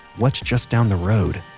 what's just down the road?